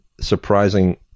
surprising